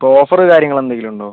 ഇപ്പോൾ ഓഫർ കാര്യങ്ങളെന്തെങ്കിലും ഉണ്ടോ